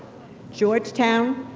georgetown,